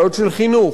על בעיות של חינוך,